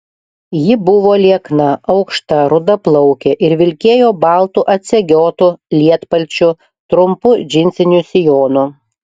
ji buvo liekna aukšta rudaplaukė ir vilkėjo baltu atsegiotu lietpalčiu trumpu džinsiniu sijonu